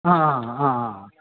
অঁ অঁ অঁ অঁ অঁ অঁ